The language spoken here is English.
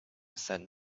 said